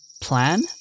Plan